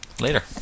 Later